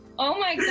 oh, my